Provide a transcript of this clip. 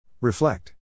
Reflect